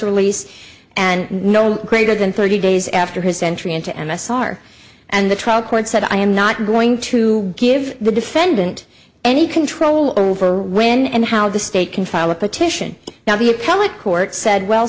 release and no greater than thirty days after his entry into m s r and the trial court said i am not going to give the defendant any control over when and how the state can file a petition now the appellate court said well